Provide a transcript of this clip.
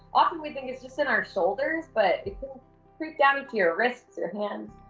often, we think it's just in our shoulders, but it can creep down into your wrists, your hands.